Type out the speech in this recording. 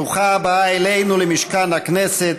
ברוכה הבא אלינו למשכן הכנסת,